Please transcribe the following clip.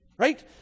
Right